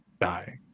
Die